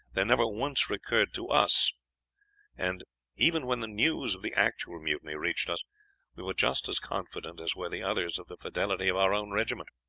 they never once recurred to us and even when the news of the actual mutiny reached us we were just as confident as were the others of the fidelity of our own regiment.